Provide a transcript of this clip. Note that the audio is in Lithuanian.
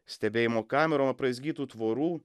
stebėjimo kamerom apraizgytų tvorų